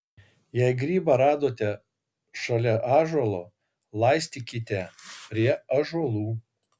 jei grybą radote šalia ąžuolo laistykite prie ąžuolų